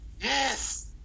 Yes